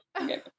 Okay